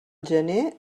gener